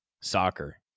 soccer